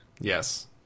yes